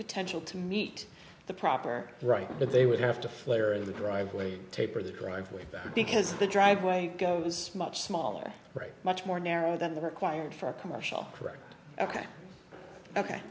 potential to meet the proper right that they would have to flare in the driveway tape or the driveway because the driveway was much smaller much more narrow than the required for a commercial correct ok ok